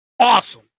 Awesome